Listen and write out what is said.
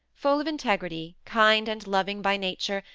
full of integrity, kind and loving by nature,